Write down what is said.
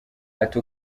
ati